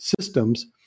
systems